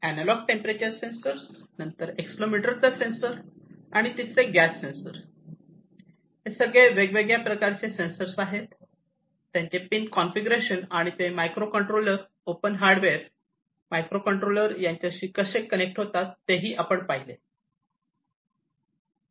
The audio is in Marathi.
अँनालाँग टेंपरेचर सेंसर नंतर एक्सेलरोमीटरचा सेंसर आणि तिसरे गॅस सेंसर आणि हे सगळे वेगवेगळे प्रकारचे सेंसर आहेत त्यांचे पिन कॉन्फिगरेशन आणि ते micro controller open hardware micro controller यांच्याशी कसे कनेक्ट होतात हेही आपण पाहिले